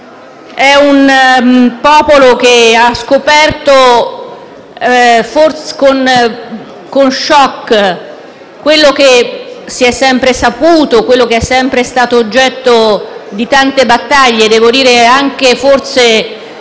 è un popolo che ha scoperto con *shock* quello che si è sempre saputo e che è sempre stato oggetto di tante battaglie. Devo dire che forse